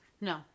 No